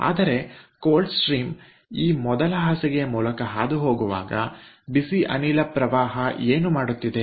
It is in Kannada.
ಆದರೆ ತಣ್ಣನೆ ಹರಿವು ಈ ಮೊದಲ ಬೆಡ್ ನ ಮೂಲಕ ಹಾದುಹೋಗುವಾಗ ಬಿಸಿ ಅನಿಲ ಪ್ರವಾಹ ಏನು ಮಾಡುತ್ತಿದೆ